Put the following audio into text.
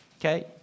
okay